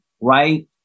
right